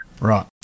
Right